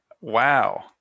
wow